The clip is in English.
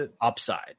upside